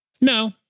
No